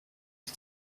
die